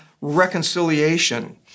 reconciliation